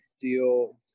deal